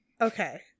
Okay